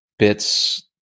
bits